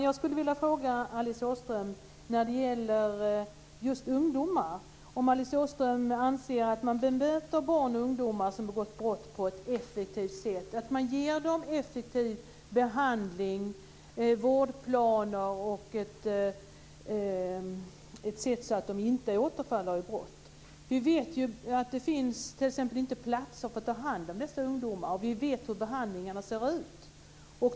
Fru talman! När det gäller just ungdomar skulle jag vilja fråga om Alice Åström anser att barn och ungdomar som begått brott bemöts på ett effektivt sätt, att de ges en effektiv behandling och möts med vårdplaner på ett sådant sätt att de inte återfaller i brott. Vi vet ju att det t.ex. inte finns platser för att ta hand om dessa ungdomar. Dessutom vet vi hur behandlingen ser ut.